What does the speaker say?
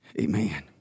Amen